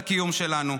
מלחמות על הקיום שלנו.